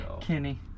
Kenny